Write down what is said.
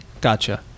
gotcha